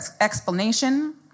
explanation